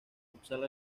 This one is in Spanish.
futsal